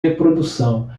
reprodução